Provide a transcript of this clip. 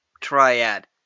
triad